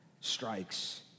strikes